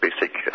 basic